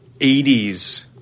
80s